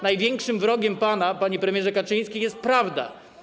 Największym wrogiem pana, panie premierze Kaczyński, jest prawda.